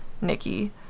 Nikki